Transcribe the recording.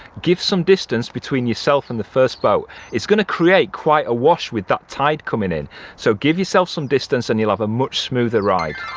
give some distance between yourself and the first boat it's going to create quite a wash with that tide coming in so give yourself some distance and you'll have a much smoother ride